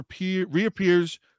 reappears